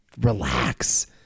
relax